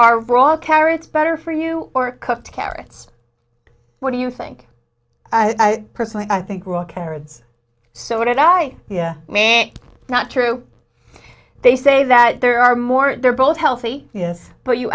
are brought carrots better for you or cooked carrots what do you think i personally i think grow carrots so what i hear may not true they say that there are more they're both healthy yes but you